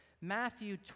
Matthew